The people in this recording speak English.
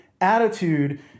attitude